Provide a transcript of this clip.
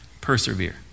persevere